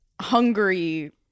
hungry